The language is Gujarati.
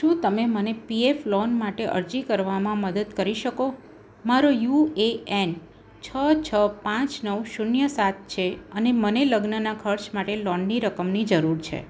શું તમે મને પીએફ લોન માટે અરજી કરવામાં મદદ કરી શકો મારો યુએએન છ છ પાંચ નવ શૂન્ય સાત છે અને મને લગ્નના ખર્ચ માટે લોનની રકમની જરૂર છે